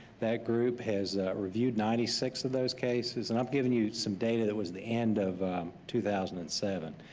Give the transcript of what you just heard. that group has reviewed ninety six of those cases. i've and um given you some data that was the end of two thousand and seven,